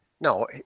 No